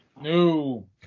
No